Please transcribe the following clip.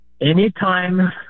Anytime